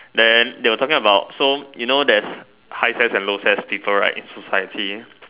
then they were talking about so you know there's high S_E_S and low S_E_S people right in society